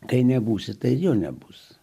kai nebūsi tai jo nebus